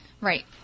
Right